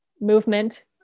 movement